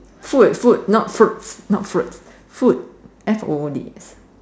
food food not fruits not fruit food F o o